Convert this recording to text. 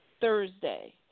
Thursday